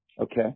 Okay